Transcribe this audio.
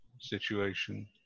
situation